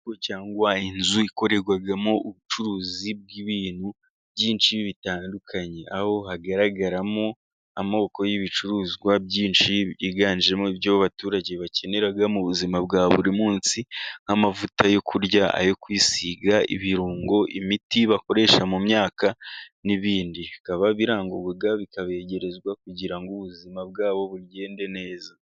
Cyangwa inzu ikorerwamo ubucuruzi bw'ibintu byinshi bitandukanye aho hagaragaramo amoko y'ibicuruzwa byinshi byiganjemo ibyo abaturage bakeneraga mu buzima bwa buri munsi: nk'amavuta yo kurya, ayo kwisiga, ibirungo, n'imiti bakoresha mu myaka, n'ibindi. Bikaba birangurwa bikabegerezwa kugira ngo ubuzima bwabo bugende neza.